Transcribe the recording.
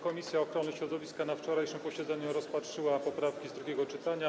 Komisja ochrony środowiska na wczorajszym posiedzeniu rozpatrzyła poprawki zgłoszone podczas drugiego czytania.